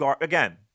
again